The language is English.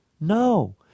No